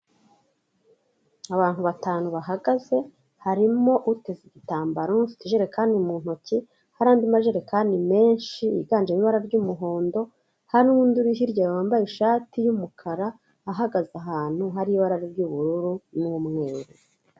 Abantu batanu bahagaze harimo uteze igitambaro ufite ijerekani mu ntoki, hari andi majerekani menshi yiganjemo ibara ry'umuhondo, hari n'undi uri hirya wambaye ishati y'umukara ahagaze ahantu hari ibara ry'ubururu n'umweru.